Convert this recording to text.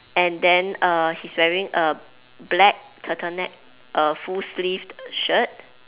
and then err he's wearing a black turtleneck a full sleeved shirt